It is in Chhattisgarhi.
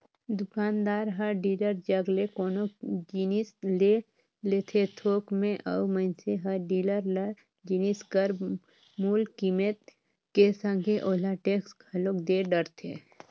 दुकानदार हर डीलर जग ले कोनो जिनिस ले लेथे थोक में अउ मइनसे हर डीलर ल जिनिस कर मूल कीमेत के संघे ओला टेक्स घलोक दे डरथे